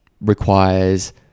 requires